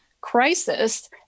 crisis